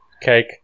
cake